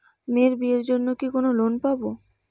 মেয়ের বিয়ের জন্য কি কোন লোন পাব?